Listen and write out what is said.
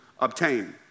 obtain